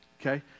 Okay